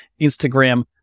Instagram